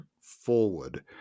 forward